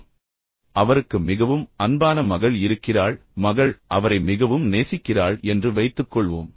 இப்போது அவருக்கு மிகவும் அன்பான மகள் இருக்கிறாள் மகள் அவரை மிகவும் நேசிக்கிறாள் என்று வைத்துக்கொள்வோம்